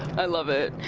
i love it.